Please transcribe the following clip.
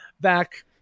back